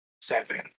seven